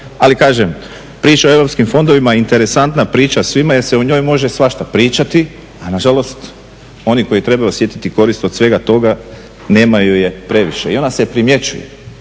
Ali kažem, priča o EU fondovima, interesantna priča svima jer se u njoj može svašta pričati, a na žalost oni koji trebaju osjetiti korist od svega toga nemaju je previše i ona se primjećuje.